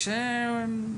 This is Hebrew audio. מייצגים.